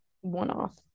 one-off